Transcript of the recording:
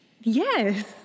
yes